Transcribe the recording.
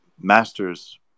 masters